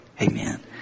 Amen